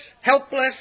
helpless